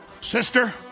Sister